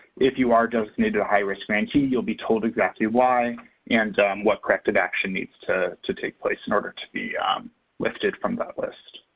if you are designated a high-risk grantee, you'll be told exactly why and what corrective action needs to to take place in order to be lifted from that list.